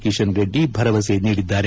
ಕಿಶನ್ ರೆಡ್ಡಿ ಭರವಸೆ ನೀಡಿದ್ದಾರೆ